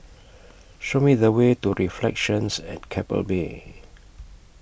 Show Me The Way to Reflections At Keppel Bay